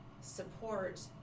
support